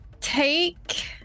take